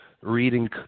reading